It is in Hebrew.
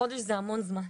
חודש זה המון זמן.